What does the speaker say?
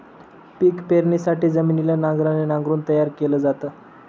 पिक पेरणीसाठी जमिनीला नांगराने नांगरून तयार केल जात